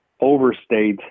overstate